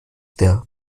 der